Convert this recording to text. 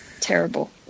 Terrible